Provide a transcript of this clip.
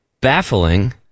baffling